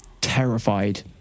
terrified